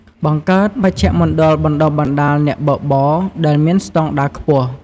បង្កើត មជ្ឈមណ្ឌលបណ្តុះបណ្តាលអ្នកបើកបរ ដែលមានស្តង់ដារខ្ពស់។